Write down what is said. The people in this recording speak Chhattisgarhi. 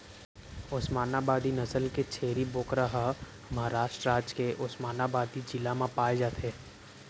ओस्मानाबादी नसल के छेरी बोकरा ह महारास्ट राज के ओस्मानाबादी जिला म पाए जाथे